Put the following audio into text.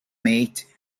mate